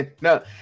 No